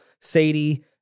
Sadie